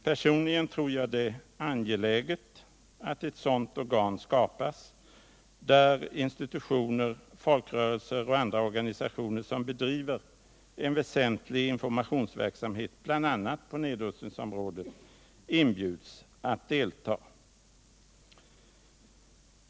Personligen tror jag det är angeläget att ett sådant organ skapas där institutioner, folkrörelser och andra organisationer som driver en väsentlig informationsverksamhet på bl.a. nedrustningsområdet inbjuds att delta.